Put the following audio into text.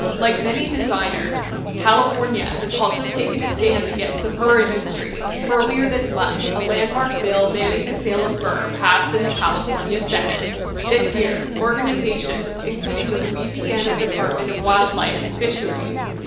like many designers, california has also taken a stand against the fur industry. earlier this month, a landmark bill banning the sale of fur passed in the california senate. this year, organizations including the louisiana department of wildlife and fisheries,